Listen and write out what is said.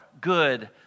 good